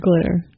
Glitter